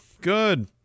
good